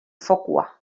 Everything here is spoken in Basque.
fokua